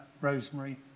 Rosemary